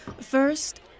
First